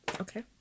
Okay